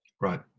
right